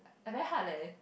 very hard leh